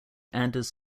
anders